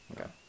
Okay